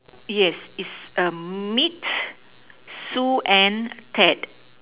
yes it's um meet Sue Ann at